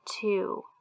two